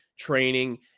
training